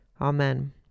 Amen